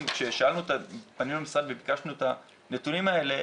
כשפנינו למשרד וביקשנו את הנתונים האלה,